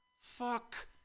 fuck